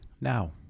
now